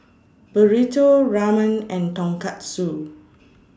Burrito Ramen and Tonkatsu